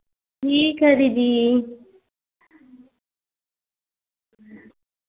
ठीक है दीदी